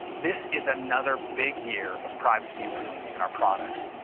this is another big year of privacy improvements in our products.